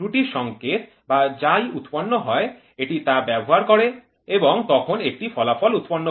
ত্রুটির সংকেত বা যাই উৎপন্ন হয় এটি তা ব্যবহার করে এবং তখন একটি ফলাফল উৎপন্ন করে